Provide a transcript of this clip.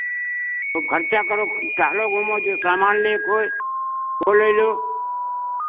खूब खर्चा करो खूब टहलो घूमो जो सामान लेके होए वो लइलो